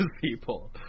people